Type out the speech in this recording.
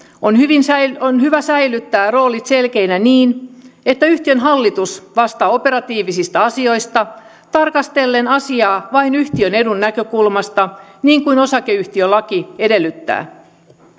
on hyvä säilyttää roolit selkeinä niin että yhtiön hallitus vastaa operatiivisista asioista tarkastellen asiaa vain yhtiön edun näkökulmasta niin kuin osakeyhtiölaki edellyttää